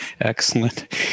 Excellent